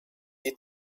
eat